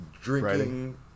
drinking